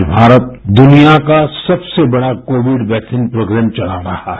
आज भारत दुनिया का सबसे बड़ा कोविड वैक्सीन प्रोग्राम चला रहा है